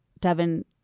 Devin